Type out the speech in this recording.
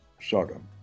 Sodom